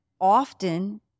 often